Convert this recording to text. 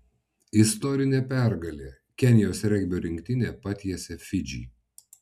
istorinė pergalė kenijos regbio rinktinė patiesė fidžį